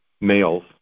males